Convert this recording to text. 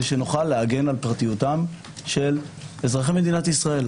שנוכל להגן על פרטיות אזרחי מדינת ישראל.